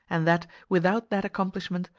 and that, without that accomplishment,